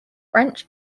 french